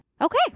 okay